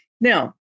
Now